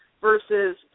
versus